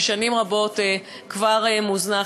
ששנים רבות כבר מוזנח,